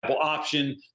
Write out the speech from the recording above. option